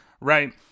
right